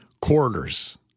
quarters